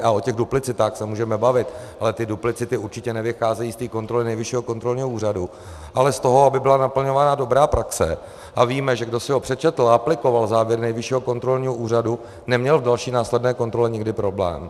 O těch duplicitách se můžeme bavit, ale ty duplicity určitě nevycházejí z té kontroly Nejvyššího kontrolního úřadu, ale z toho, aby byla naplňována dobrá praxe, a víme, že kdo si ho přečetl a aplikoval závěr Nejvyššího kontrolního úřadu, neměl v další následné kontrole nikdy problém.